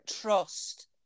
trust